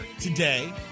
today